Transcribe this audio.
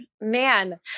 man